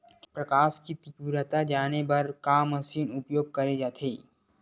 प्रकाश कि तीव्रता जाने बर का मशीन उपयोग करे जाथे?